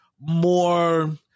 more